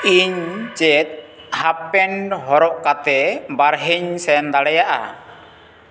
ᱤᱧ ᱪᱮᱫ ᱦᱟᱯᱷᱯᱮᱱᱴ ᱦᱚᱨᱚᱜ ᱠᱟᱛᱮᱫ ᱵᱟᱨᱦᱮᱧ ᱥᱮᱱ ᱫᱟᱲᱮᱭᱟᱜᱼᱟ